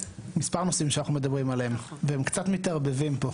מספר נושאים שאנחנו מדברים עליהם והם קצת מתערבבים פה.